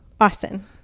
austin